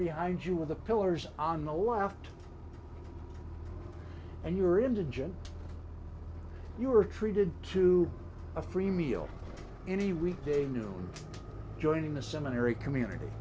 behind you with the pillars on the left and you're indigent you are treated to a free meal any weekday noon joining the seminary community